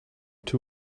two